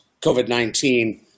COVID-19